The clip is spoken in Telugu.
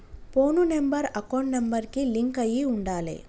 పోను నెంబర్ అకౌంట్ నెంబర్ కి లింక్ అయ్యి ఉండాలే